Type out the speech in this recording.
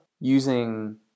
using